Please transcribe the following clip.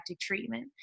treatment